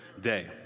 day